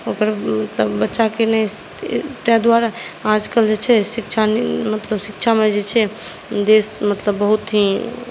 ओकर मतलब बच्चाकेँ नहि ताहि दुआरे आजकल जे छै शिक्षा मतलब शिक्षामे जे छै से देश मतलब बहुत ही